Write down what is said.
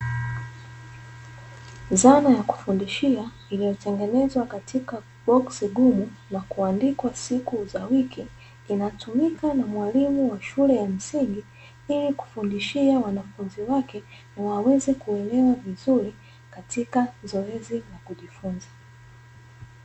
Zana ya kufundishia iliyotengenezwa katika boksi gumu na kuandikwa siku za wiki, inatumika na mwalimu wa shule za msingi ili kufundishia wanafunzi wake waweze kuelewa vizuri katika zoezi la kujifuza.